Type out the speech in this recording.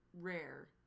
rare